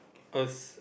a